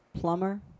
Plumber